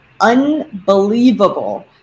unbelievable